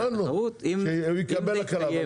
הבנו שהוא יקבל הקלה.